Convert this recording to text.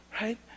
right